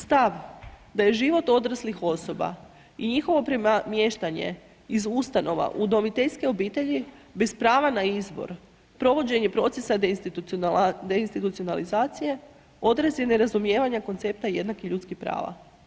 Stav da je život odraslih osoba i njihovo premještanje iz ustanova u udomiteljske obitelji bez prava na izbor, provođenje procesa deinstitucionalizacije odraz je nerazumijevanja koncepta jednakih ljudskih prava.